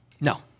No